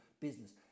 business